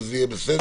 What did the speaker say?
וזה יהיה בסדר,